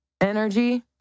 energy